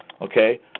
Okay